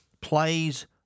plays